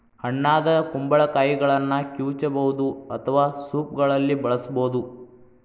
ಹಣ್ಣಾದ ಕುಂಬಳಕಾಯಿಗಳನ್ನ ಕಿವುಚಬಹುದು ಅಥವಾ ಸೂಪ್ಗಳಲ್ಲಿ ಬಳಸಬೋದು